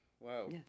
Wow